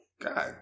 God